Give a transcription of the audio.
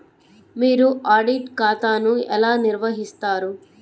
మీరు ఆడిట్ ఖాతాను ఎలా నిర్వహిస్తారు?